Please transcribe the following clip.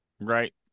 Right